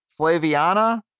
Flaviana